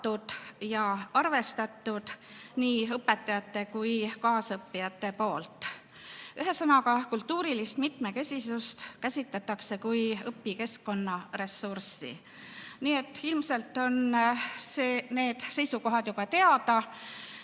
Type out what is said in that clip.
ja arvestatud nii õpetajate kui ka kaasõppijate poolt. Ühesõnaga, kultuurilist mitmekesisust käsitatakse kui õpikeskkonna ressurssi. Ilmselt on need seisukohad teada